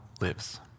lives